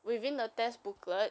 within the test booklet